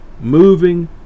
moving